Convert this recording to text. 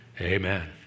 Amen